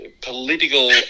political